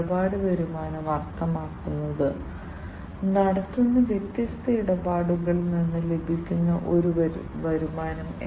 വിപരീതമായി പരമ്പരാഗത സെൻസറുകളിൽ നിന്ന് സമകാലികമായവ സമീപകാലവയാണ്